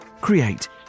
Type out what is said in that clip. create